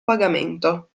pagamento